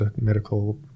medical